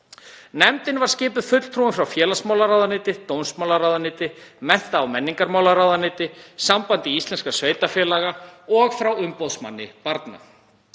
Nefndin var skipuð fulltrúum frá félagsmálaráðuneyti, dómsmálaráðuneyti, mennta- og menningarmálaráðuneyti, Sambandi íslenskra sveitarfélaga og frá umboðsmanni barna.